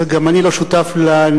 גם אני לא שותף לנאקה,